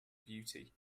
beauty